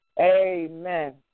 Amen